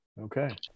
Okay